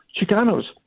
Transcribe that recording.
Chicanos